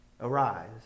arise